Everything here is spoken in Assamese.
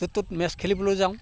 য'ত ত'ত মেচ খেলিবলৈ যাওঁ